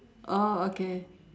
oh okay